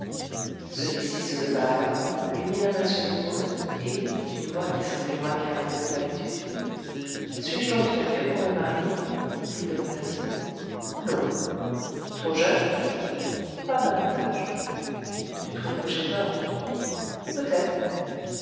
celui-ci se leva alors lui mit la main sur l'épaule et d'une voix qui semblait moins calme que d'habitude suis-je donc trop vieux pour me marier lui demanda-t-il non trop jeune pas davantage tu trouves que j'ai tort peut-être